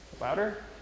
Louder